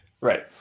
Right